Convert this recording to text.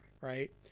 right